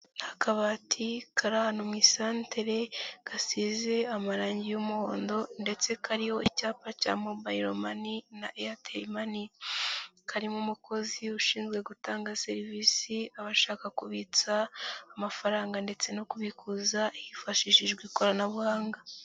Akabati kari ahantu mu isantere, gasize amarangi y'umuhondo ndetse kariho icyapa cya mobile money na Airtel money, karimo umukozi ushinzwe gutanga serivisi, abashaka kubitsa amafaranga ndetse no kubikuza, hifashishijwe ikoranabuhanga.